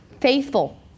faithful